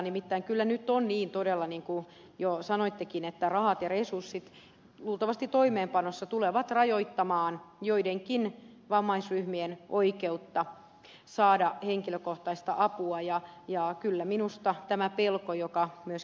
nimittäin kyllä nyt on todella niin kuin jo sanoittekin että rahat ja resurssit luultavasti toimeenpanossa tulevat rajoittamaan joidenkin vammaisryhmien oikeutta saada henkilökohtaista apua ja kyllä minusta tämä pelko joka myöskin ed